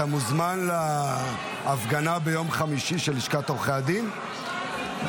אתה מוזמן להפגנה של לשכת עורכי הדין ביום חמישי?